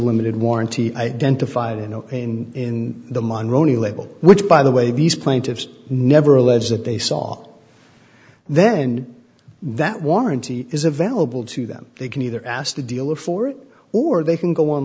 limited warranty identified and in the man wrongly label which by the way these plaintiffs never allege that they saw then that warranty is available to them they can either ask the dealer for it or they can go